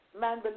man